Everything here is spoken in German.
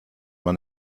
man